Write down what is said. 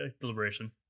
deliberation